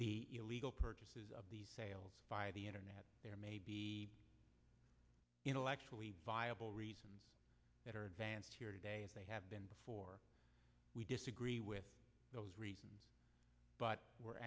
the illegal purchases of these sales via the internet there may be intellectually viable reasons that are advanced here today as they have been before we disagree with those reasons but we're